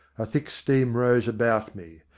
a thick steam rose about me.